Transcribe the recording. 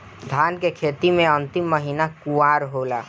धान के खेती मे अन्तिम महीना कुवार होला?